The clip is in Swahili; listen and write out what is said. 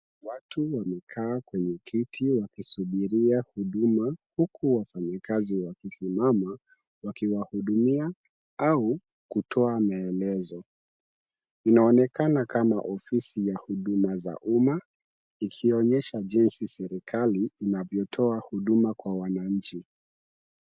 Watu wamekaa kwenye kiti wakisubiria huduma, huku wafanyikazi wamesimama wakiwahudumia au kutoa maelezo. Inaonekana kama ofisi ya huduma za umma, ikionyesha jinsi serikali inavyotoa huduma kwa wananchi.